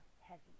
heavy